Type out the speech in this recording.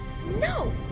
No